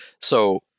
So-